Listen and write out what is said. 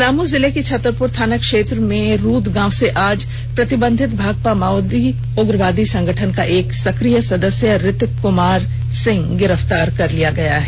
पलामू जिले की छत्तरपुर थाना क्षेत्र के रूद गांव से आज प्रतिबंधित भाकपा माओवादी उग्रवादी संगठन का एक सक्रिय सदस्य रितिक कुमार सिंह को गिरफ्तार किया गया है